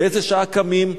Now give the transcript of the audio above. באיזו שעה קמים,